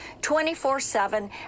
24-7